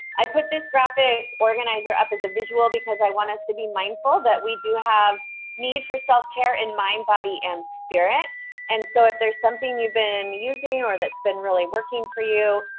i put this graphic organizer up as a visual because i want us to be mindful that we do have need for self-care in mind, body, and spirit and so if there's something you've been using or that's been really working for you.